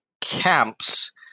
camps